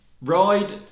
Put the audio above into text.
ride